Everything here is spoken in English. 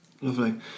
Lovely